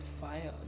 fire